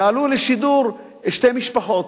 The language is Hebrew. ועלו לשידור שתי משפחות.